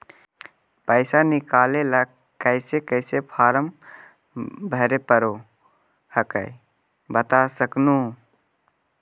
पैसा निकले ला कैसे कैसे फॉर्मा भरे परो हकाई बता सकनुह?